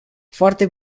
foarte